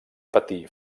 patir